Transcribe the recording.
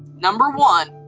number one,